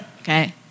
Okay